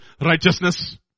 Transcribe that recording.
righteousness